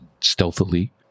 stealthily